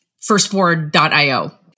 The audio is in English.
Firstboard.io